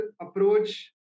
approach